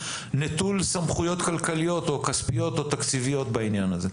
אני נטול סמכויות כלכליות או כספיות או תקציביות בעניין הזה.